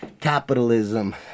capitalism